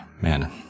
Man